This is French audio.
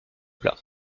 plat